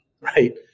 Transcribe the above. right